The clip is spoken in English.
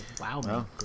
wow